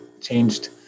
changed